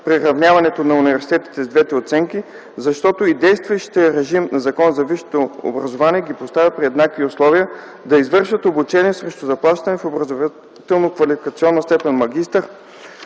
приравняването на университети с двете оценки, защото и действащият режим на Закона за висшето образование ги поставя при еднакви условия да извършват обучение срещу заплащане в образователно-квалификационна степен „магистър”.